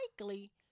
likely